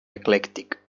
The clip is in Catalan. eclèctic